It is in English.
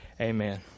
Amen